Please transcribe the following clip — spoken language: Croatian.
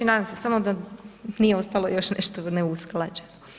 Nadam se samo da nije ostalo još nešto neusklađeno.